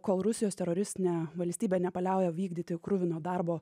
kol rusijos teroristinė valstybė nepaliauja vykdyti kruvino darbo